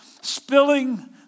spilling